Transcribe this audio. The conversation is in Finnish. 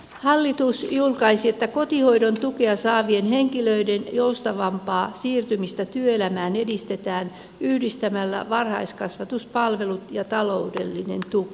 hallitus julkaisi että kotihoidon tukea saavien henkilöiden joustavampaa siirtymistä työelämään edistetään yhdistämällä varhaiskasvatuspalvelut ja taloudellinen tuki